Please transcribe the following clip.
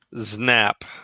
Snap